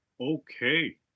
Okay